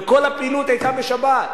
וכל הפעילות היתה בשבת,